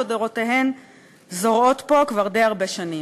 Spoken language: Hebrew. לדורותיהן זורעות פה כבר די הרבה שנים.